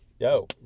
Yo